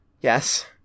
Yes